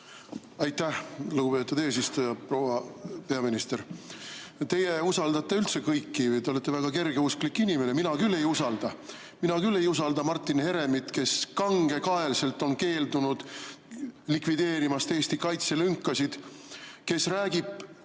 Aitäh, lugupeetud eesistuja! Proua peaminister! Teie usaldate üldse kõiki, te olete väga kergeusklik inimene. Mina küll ei usalda. Mina küll ei usalda Martin Heremit, kes kangekaelselt on keeldunud likvideerimast Eesti kaitselünkasid, kes räägib